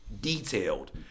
detailed